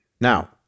Now